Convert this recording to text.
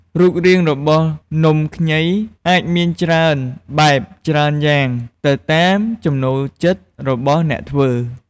រូបរាងរបស់នំខ្ញីអាចមានច្រើនបែប ច្រើនយ៉ាងទៅតាមចំណូលចិត្តរបស់អ្នកធ្វើ។